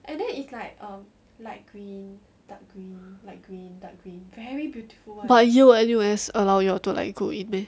but Yale N_U_S allow you to like go in meh